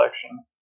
collection